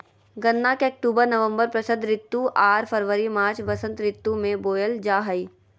गन्ना के October November षरद ऋतु आर फरवरी मार्च बसंत ऋतु में बोयल जा हइ